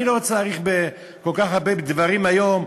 אני לא צריך, בכל כך הרבה דברים היום,